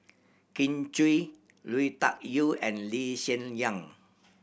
Kin Chui Lui Tuck Yew and Lee Hsien Yang